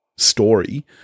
story